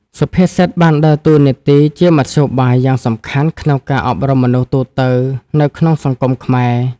សុភាសិតបានដើរតួនាទីជាមធ្យោបាយយ៉ាងសំខាន់ក្នុងការអប់រំមនុស្សទូទៅនៅក្នុងសង្គមខ្មែរ។